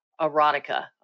erotica